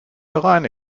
herein